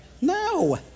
No